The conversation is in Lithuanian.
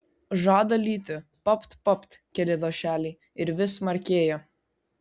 žada lyti papt papt keli lašeliai ir vis smarkėja